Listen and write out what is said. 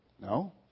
No